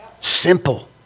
Simple